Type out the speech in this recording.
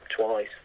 twice